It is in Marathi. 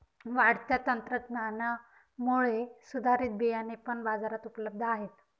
वाढत्या तंत्रज्ञानामुळे सुधारित बियाणे पण बाजारात उपलब्ध आहेत